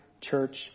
church